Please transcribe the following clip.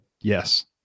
Yes